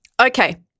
okay